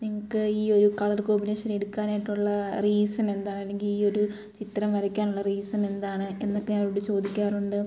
നിങ്ങൾക്ക് ഈ ഒരു കളർ കോമ്പിനേഷൻ എടുക്കാനായിട്ടുള്ള റീസൺ എന്താണ് അല്ലെങ്കിൽ ഈ ഒരു ചിത്രം വരക്കാനുള്ള റീസൺ എന്താണ് എന്നൊക്കെ ഞാൻ അവരോട് ചോദിക്കാറുണ്ട്